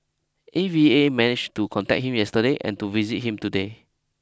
A V A managed to contact him yesterday and to visit him today